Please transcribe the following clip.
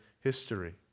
history